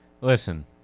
Listen